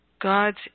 God's